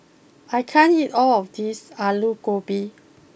I can't eat all of this Alu Gobi